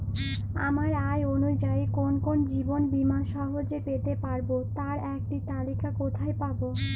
আমার আয় অনুযায়ী কোন কোন জীবন বীমা সহজে পেতে পারব তার একটি তালিকা কোথায় পাবো?